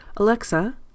Alexa